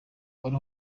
wari